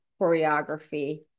choreography